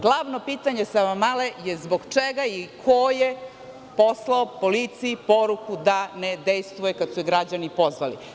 Glavno pitanje Savamale je – zbog čega je i ko je poslao policiji poruku da ne dejstvuje kada su je građani pozvali?